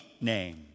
name